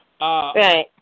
Right